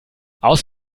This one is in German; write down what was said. aus